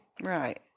Right